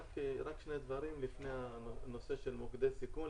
דברים לפני נושא מוקדי הסיכון,